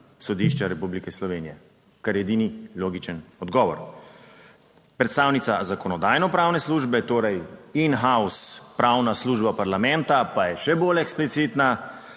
sodišča Republike Slovenije.", kar je edini logičen odgovor. Predstavnica Zakonodajno-pravne službe, torej in haus, pravna služba parlamenta pa je še bolj eksplicitna: